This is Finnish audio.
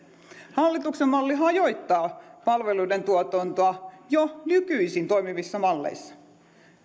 hallituksen malli hajottaa palveluiden tuotantoa jo nykyisin toimivissa malleissa